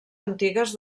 antigues